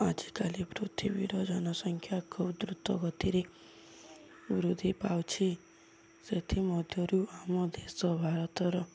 ଆଜିକାଲି ପୃଥିବୀର ଜନସଂଖ୍ୟା ଖୁବ ଦ୍ରୁତଗତିରେ ବୃଦ୍ଧି ପାଉଛି ସେଥିମଧ୍ୟରୁ ଆମ ଦେଶ ଭାରତର